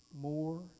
more